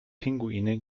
pinguine